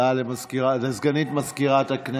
הודעה לסגנית מזכירת הכנסת.